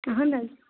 اہن حظ